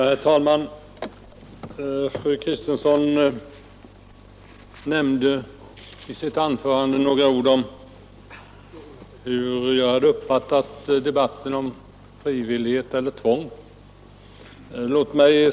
Herr talman! Fru Kristensson nämnde i sitt anförande något om hur jag hade uppfattat debatten om frivillighet eller tvång.